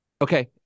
Okay